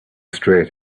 straight